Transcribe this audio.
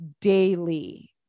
daily